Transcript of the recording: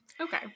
Okay